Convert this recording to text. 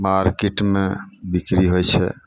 मारकेटमे बिक्री होइ छै